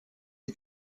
die